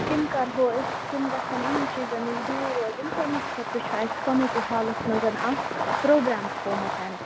تِم کرہو أسۍ تِم گژھن یِمن چیٖزن نِش دوٗر روزُن تٔمی خٲطرٕ چھُ اَسہِ کوٚمیٹی حالس منٛزاَکھ پرٛوگرام تھوٚومُت